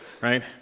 right